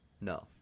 No